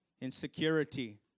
insecurity